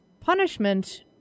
punishment